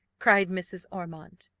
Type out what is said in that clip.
cried mrs. ormond.